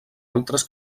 altres